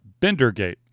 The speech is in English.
Bendergate